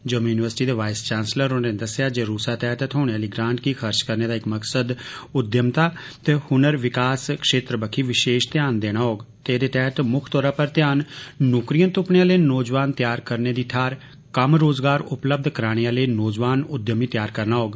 Jammu university दे vice chancellor होरें दस्सेया जे रूसा तैहत थ्होने आली ग्रांट गी खर्च करने दा इक्क मकसद उद्यमता ते हुनर विकास क्षेत्र बक्खी विशेष ध्यान देना होग ते एहदे तैहत मुक्ख तौरा पर घ्यान नौकरिया तुप्पने आले नौजोआन तैयार करने दी थाहर कम्म रोज़गार उपलब्ध कराने आले नौजवान उद्यमी तैयार करना होग